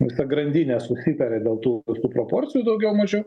visa grandinė susitarė dėl tų visų proporcijų daugiau mažiau